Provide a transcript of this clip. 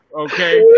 okay